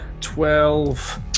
twelve